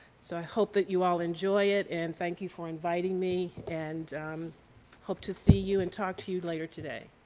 so i hope that you all enjoy it and thank you for inviting me and hope to see you and talk to you later today.